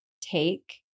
take